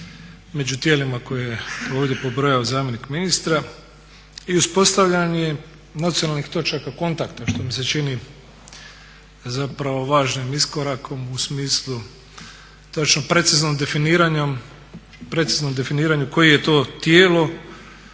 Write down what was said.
među tijelima koje je ovdje pobrojao zamjenik ministra i uspostavljanje nacionalnih točaka kontakta što mi se čini zapravo važnim iskorakom u smislu točno preciznom definiranju koje je to tijelo